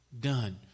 done